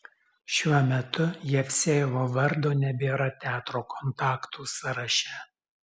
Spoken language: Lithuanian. šiuo metu jevsejevo vardo nebėra teatro kontaktų sąraše